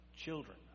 children